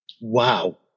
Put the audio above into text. wow